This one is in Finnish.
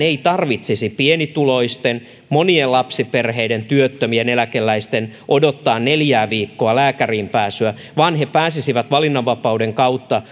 ei tarvitsisi pienituloisten monien lapsiperheiden työttömien eläkeläisten odottaa neljää viikkoa lääkäriin pääsyä vaan he pääsisivät valinnanvapauden kautta